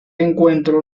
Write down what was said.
encuentro